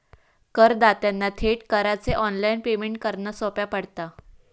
करदात्यांना थेट करांचे ऑनलाइन पेमेंट करना सोप्या पडता